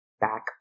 back